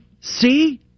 see